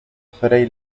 fray